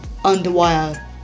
underwire